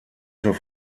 zur